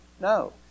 no